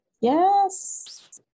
Yes